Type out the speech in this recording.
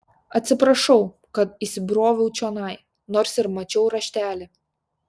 atsiprašau kad įsibroviau čionai nors ir mačiau raštelį